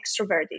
extroverted